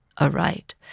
aright